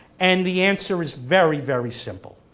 and the answer is very, very simple.